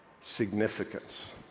significance